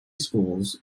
schools